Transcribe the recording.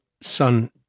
son